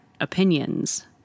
opinions